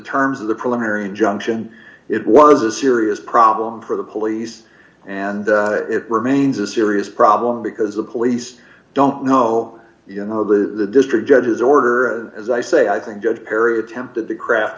terms of the preliminary injunction it was a serious problem for the police and it remains a serious problem because the police don't know you know the district judge's order as i say i think good perry attempted to craft